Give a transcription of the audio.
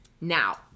Now